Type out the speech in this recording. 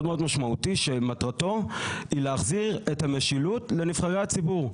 מאוד משמעותי שמטרתו היא להחזיר את המשילות לנבחרי הציבור.